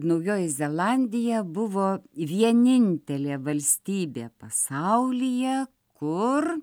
naujoji zelandija buvo vienintelė valstybė pasaulyje kur